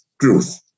truth